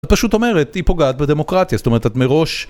את פשוט אומרת, היא פוגעת בדמוקרטיה, זאת אומרת את מראש